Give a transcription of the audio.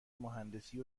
مهندسی